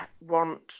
want